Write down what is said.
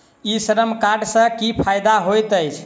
ई श्रम कार्ड सँ की फायदा होइत अछि?